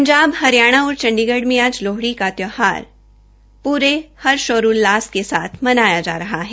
पंजाब हरियाणा और चंडीगढ़ में आज लोहड़ी की त्यौहार पूरे उत्साह और उल्लास के साथ मनाया जा रहा है